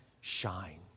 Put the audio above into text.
shine